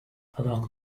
along